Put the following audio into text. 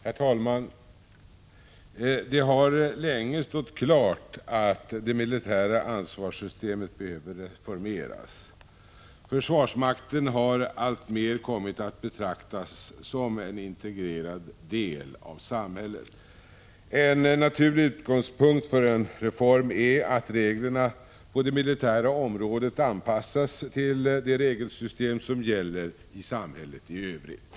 Herr talman! Det har länge stått klart att det militära ansvarssystemet behöver reformeras. Försvarsmakten har alltmer kommit att betraktas som en integrerad del av samhället. En naturlig utgångspunkt för en reform är att reglerna på det militära området anpassas till det regelsystem som gäller i samhället i övrigt.